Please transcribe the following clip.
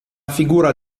figura